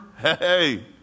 Hey